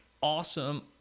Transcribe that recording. awesome